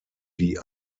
die